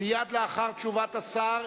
מייד לאחר תשובת השר,